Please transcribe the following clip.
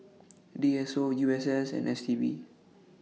D S O U S S and S T B